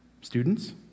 Students